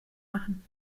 machen